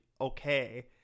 okay